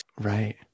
Right